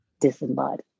disembodied